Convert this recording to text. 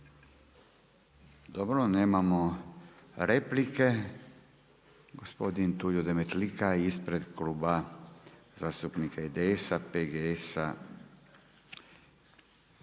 Dobro. Nemam replike. Gospodin Tulio Demetlika, ispred Kluba zastupnika IDS-a, PGS-a.